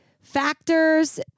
factors